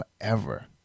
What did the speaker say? forever